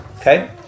okay